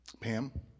Pam